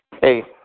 hey